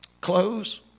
Clothes